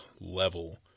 level